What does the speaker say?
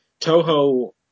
Toho